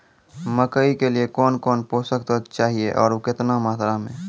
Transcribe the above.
मकई के लिए कौन कौन पोसक तत्व चाहिए आरु केतना मात्रा मे?